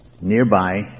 nearby